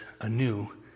anew